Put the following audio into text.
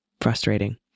frustrating